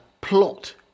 plot